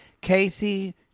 Casey